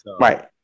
Right